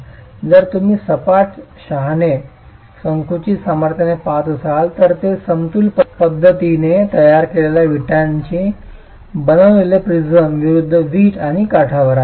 जर तुम्ही सपाट शहाणे संकुचित सामर्थ्याने पाहत असाल तर ते समतुल्य पद्धतीने तयार केलेल्या विटांनी बनविलेले प्रिझम विरूद्ध वीट आणि काठावर आहे